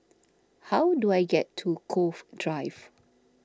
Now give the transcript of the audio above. how do I get to Cove Drive